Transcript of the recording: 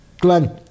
glenn